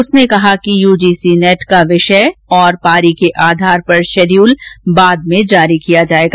उसने कहा कि यूजीसी नेट का विषय और पारी के आधार पर शेड्यूल बाद में जारी किया जाएगा